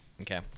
Okay